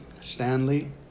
Stanley